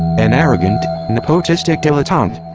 an arrogant, nepotistic dilettante!